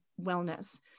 wellness